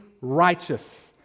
righteous